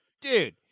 dude